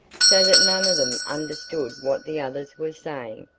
so that none of them understood what the others were saying,